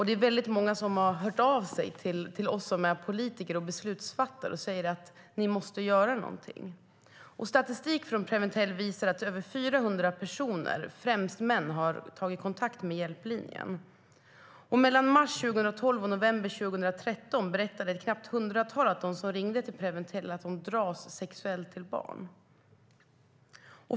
Det är många som har hört av sig till oss som är politiker och beslutsfattare och säger att vi måste göra någonting. Statistik från Preventell visar att över 400 personer, främst män, har tagit kontakt med hjälplinjen. Mellan mars 2012 och november 2013 berättade ett knappt hundratal av dem som ringde till Preventell att de dras sexuellt till barn.